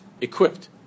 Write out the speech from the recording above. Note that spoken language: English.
equipped